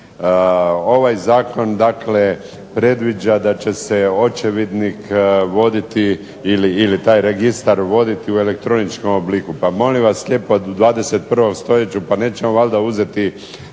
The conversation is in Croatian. Ovaj zakon dakle predviđa da će se očevidnik voditi ili taj registar voditi u elektroničkom obliku.